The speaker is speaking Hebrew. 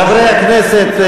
חברי הכנסת,